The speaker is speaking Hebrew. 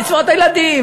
קצבאות הילדים,